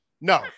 No